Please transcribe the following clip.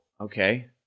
okay